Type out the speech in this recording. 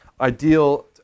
ideal